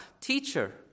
Teacher